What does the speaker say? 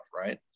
right